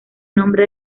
nombre